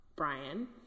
Brian